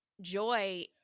joy